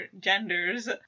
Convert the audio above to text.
genders